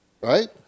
right